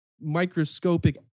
microscopic